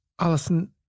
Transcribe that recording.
Alison